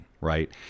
Right